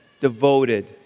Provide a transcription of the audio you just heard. devoted